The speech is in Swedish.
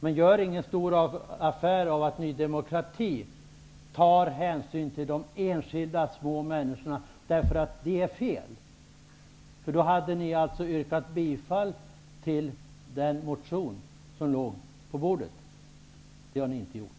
Men gör ingen stor affär av att Ny demokrati tar hänsyn till de enskilda, små, människorna. Det är fel! I så fall skulle ni ha yrkat bifall till den väckta motionen, men det har ni inte gjort.